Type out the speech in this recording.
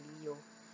bully you